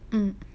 mmhmm